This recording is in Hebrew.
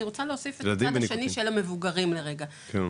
אני רוצה להוסיף את הצד של המבוגרים לרגע -- נכון,